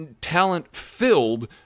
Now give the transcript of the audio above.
talent-filled